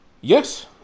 Yes